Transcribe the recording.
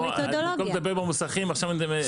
במתודולוגיה.